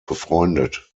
befreundet